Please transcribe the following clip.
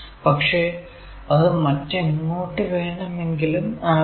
പക്ഷെ അത് മറ്റെങ്ങോട്ടു വേണമെങ്കിലും ആകാം